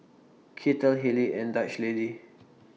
Kettle Haylee and Dutch Lady